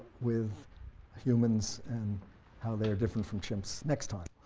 with humans and how they are different from chimps next time.